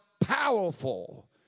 powerful